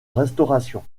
restauration